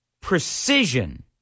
precision